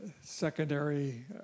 secondary